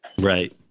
right